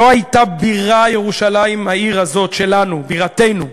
לא הייתה ירושלים, העיר הזאת שלנו, בירתנו,